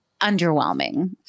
underwhelming